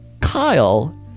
Kyle